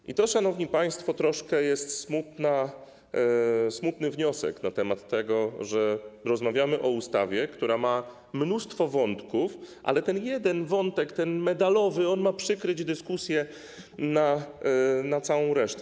I to, szanowni państwo, troszkę jest smutny wniosek na temat tego, że rozmawiamy o ustawie, która ma mnóstwo wątków, ale ten jeden wątek medalowy ma przykryć dyskusję nad całą resztą.